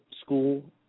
school